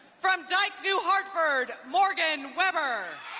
from dyke new hartford, morgan weber.